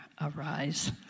arise